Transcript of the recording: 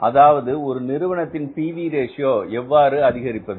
அதாவது ஒரு நிறுவனத்தின் P V ratio PV Ratio எவ்வாறு அதிகரிப்பது